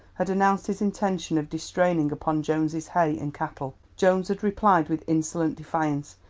had announced his intention of distraining upon jones's hay and cattle. jones had replied with insolent defiance.